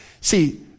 See